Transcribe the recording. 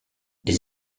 les